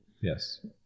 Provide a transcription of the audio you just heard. Yes